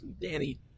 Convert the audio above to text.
Danny